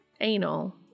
Anal